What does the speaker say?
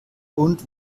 und